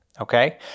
Okay